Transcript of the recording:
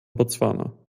botswana